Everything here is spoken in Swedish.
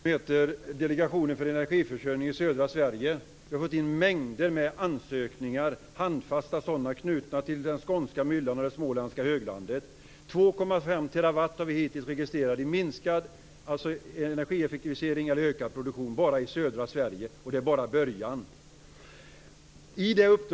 Fru talman! Jag sitter med i någonting som heter Vi får in mängder med handfasta ansökningar knutna till den skånska myllan och till det småländska höglandet. Hittills har vi registrerat 2,5 TWh i energieffektivisering eller ökad produktion bara i södra Sverige, och det är bara början.